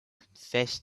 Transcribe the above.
confessed